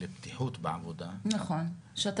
לבטיחות בעבודה, שאני